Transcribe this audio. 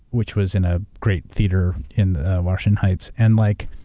which was in a great theater in washington heights. and like